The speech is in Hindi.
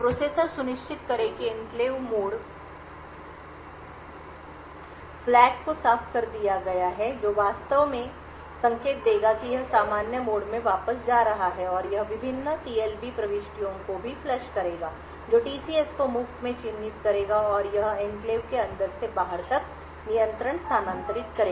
प्रोसेसर सुनिश्चित करें कि एन्क्लेव मोड ध्वज को साफ़ कर दिया गया है जो वास्तव में संकेत देगा कि यह सामान्य मोड में वापस जा रहा है और यह विभिन्न टीएलबी प्रविष्टियों को भी फ्लश करेगा जो टीसीएस को मुफ्त में चिह्नित करेगा और यह एन्क्लेव के अंदर से बाहर तक नियंत्रण स्थानांतरित करेगा